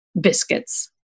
biscuits